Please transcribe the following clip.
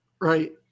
Right